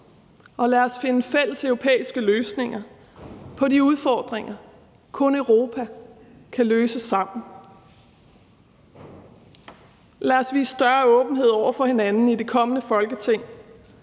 os. Lad os finde fælleseuropæiske løsninger på de udfordringer, kun Europa kan løse sammen. Lad os vise større åbenhed over for hinanden i det kommende Folketing,